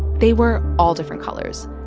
they were all different colors.